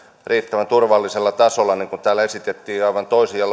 riittävän turvallisella tasolla täällä esitettiin aivan toisia